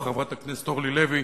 או חברת הכנסת אורלי לוי,